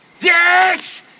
Yes